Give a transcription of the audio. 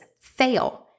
fail